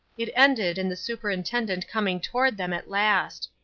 it ended in the superintendent coming toward them at last.